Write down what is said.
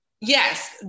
Yes